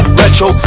retro